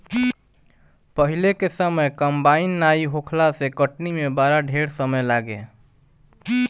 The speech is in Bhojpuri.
पहिले के समय कंबाइन नाइ होखला से कटनी में बड़ा ढेर समय लागे